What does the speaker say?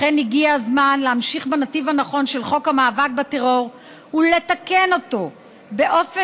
לכן הגיע הזמן להמשיך בנתיב הנכון של חוק המאבק בטרור ולתקן אותו באופן